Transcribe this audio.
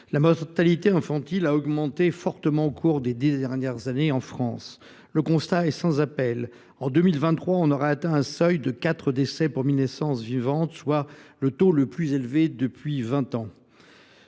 La mortalité infantile a augmenté fortement en France au cours des dernières années. Le constat est sans appel : en 2023, on aura atteint un seuil de 4 décès pour 1 000 naissances, soit le taux le plus élevé depuis vingt ans.